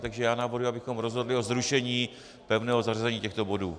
Takže já navrhuji, abychom rozhodli o zrušení pevného zařazení těchto bodů.